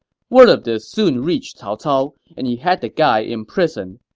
word of this soon reached cao cao, and he had the guy imprisoned.